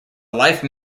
life